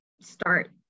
start